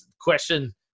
question